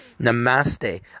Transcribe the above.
Namaste